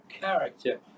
character